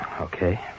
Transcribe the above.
Okay